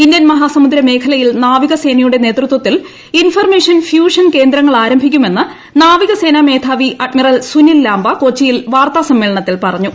Indian മഹാസമുദ്ര മേഖലയിൽ നാവികസേനയുടെ നേതൃത്വത്തിൽ ഇൻഫർമേഷൻ ഫ്യൂഷൻ കേന്ദ്രങ്ങൾ ആരംഭിക്കുമെന്ന് നാവികസേനാ മേധാവി അഡ്മിറൽ സുനിൽലാംബ കൊച്ചിയിൽ വാർത്താസമ്മേളനത്തിൽ പറഞ്ഞു